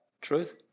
Truth